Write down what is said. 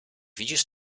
widzisz